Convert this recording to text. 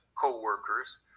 co-workers